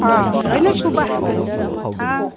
ꯑꯥ ꯂꯣꯏꯅ ꯁꯨꯕ ꯑꯥ